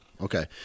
Okay